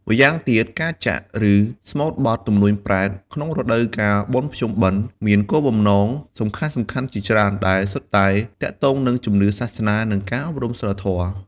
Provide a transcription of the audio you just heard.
ម្យ៉ាងទៀត ការចាក់ ឬស្មូតបទ ទំនួញប្រេត ក្នុងរដូវកាលបុណ្យភ្ជុំបិណ្ឌ មានគោលបំណងសំខាន់ៗជាច្រើន ដែលសុទ្ធតែទាក់ទងនឹងជំនឿសាសនា និងការអប់រំសីលធម៌។